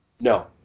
no